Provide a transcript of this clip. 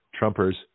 Trumpers